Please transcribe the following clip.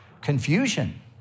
confusion